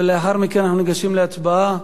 ולאחר מכן אנחנו ניגשים להצבעה.